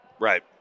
Right